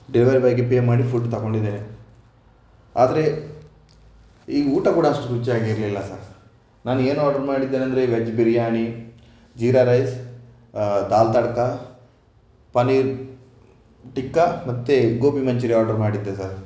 delivery ಬಾಯ್ಗೆ pay ಮಾಡಿ food ತಗೊಂಡಿದ್ದೇನೆ ಆದರೆ ಈ ಊಟ ಕೂಡ ಅಷ್ಟು ರುಚಿಯಾಗಿ ಇರಲಿಲ್ಲ ಸರ್ ನಾನು ಏನು ಆರ್ಡರ್ ಮಾಡಿದ್ದೇನೆಂದರೆ ವೆಜ್ ಬಿರಿಯಾನಿ ಜೀರಾ ರೈಸ್ ದಾಲ್ ತಡ್ಕ ಪನ್ನೀರ್ ಟಿಕ್ಕಾ ಮತ್ತು ಗೋಬಿ ಮಂಚೂರಿಯನ್ ಆರ್ಡರ್ ಮಾಡಿದ್ದೆ ಸರ್